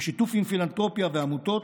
בשיתוף עם פילנתרופיה ועמותות,